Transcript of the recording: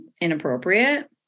inappropriate